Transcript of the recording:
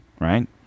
right